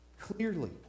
clearly